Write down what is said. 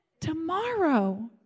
tomorrow